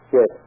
Yes